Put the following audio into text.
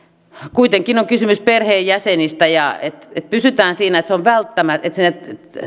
kuitenkin on kysymys perheenjäsenistä eli pysytään siinä että sinne